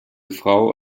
frau